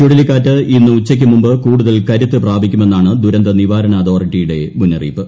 ചുഴലിക്കാറ്റ് ഇന്ന് ഉച്ചയ്ക്കുമുമ്പ് കൂടുതൽ കരുത്ത് പ്രാപിക്കുമെന്നാണ് ദുരന്ത നിവാരണ അതോറിറ്റിയുടെ മുന്നറിയിപ്പ്